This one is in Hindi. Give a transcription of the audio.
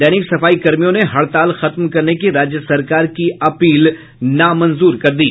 दैनिक सफाई कर्मियों ने हड़ताल खत्म करने की राज्य सरकार की अपील नामंजूर कर दी